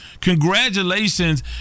Congratulations